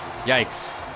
Yikes